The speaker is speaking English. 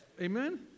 Amen